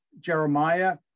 Jeremiah